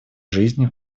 жизней